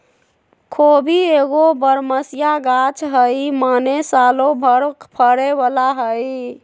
खोबि एगो बरमसिया ग़ाछ हइ माने सालो भर फरे बला हइ